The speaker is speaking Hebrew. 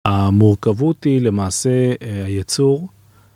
המורכבות היא למעשה הייצור.